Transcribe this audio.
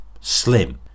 slim